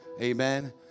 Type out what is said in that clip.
Amen